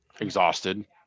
exhausted